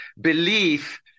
belief